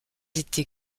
été